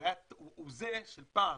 פורץ